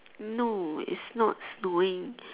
no it's not snowing